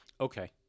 Okay